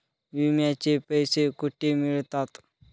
विम्याचे पैसे कुठे मिळतात?